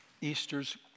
Easter's